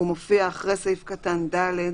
הוא מופיע אחרי סעיף קטן (ד)